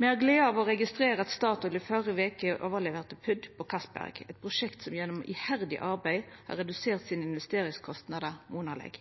Me har gleda av å registrera at Statoil i førre veke overleverte PUD på Castberg, eit prosjekt som gjennom iherdig arbeid har redusert sine investeringskostnader monaleg.